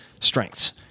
strengths